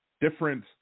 different